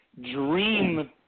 dream